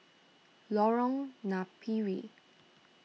Lorong Napiri